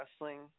wrestling